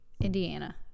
Indiana